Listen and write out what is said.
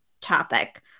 topic